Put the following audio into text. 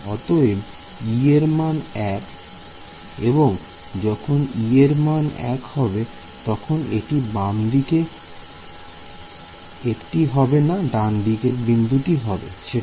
অতএব e এর মান 1 এবং যখনই e এর মান 1 হবে তখন এটি বামদিকে একটি হবে না ডানদিকের বিন্দুটা